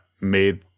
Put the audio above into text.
made